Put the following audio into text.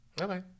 Okay